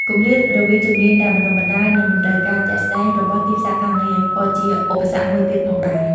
គម្លាតរវាងជំនាញដែលបណ្ដុះបណ្ដាល និងតម្រូវការជាក់ស្ដែងរបស់ទីផ្សារការងារ ក៏ជាឧបសគ្គមួយទៀតផងដែរ។